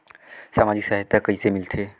समाजिक सहायता कइसे मिलथे?